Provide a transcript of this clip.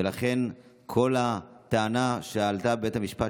ולכן כל הטענה שעלתה בבית המשפט,